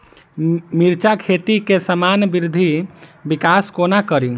मिर्चा खेती केँ सामान्य वृद्धि विकास कोना करि?